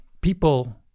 people